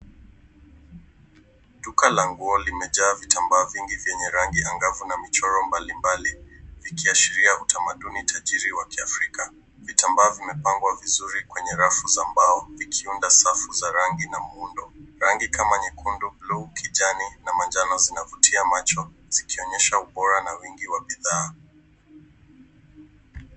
Duka la nguo limejaa vitambaa vingi vya rangi ya angafu na michoro mbalimbali. Aikiasheria utamaduni tajiri wa kiafrika. Vitambaa vimepangwa vizuri kwenye rafu za mbao vikiunda safu za rangi na muundo. Rangi kama nyekundu, bluu, kijani na majano zinavutia macho zikionyesha ubora na wingi wa bidhaa.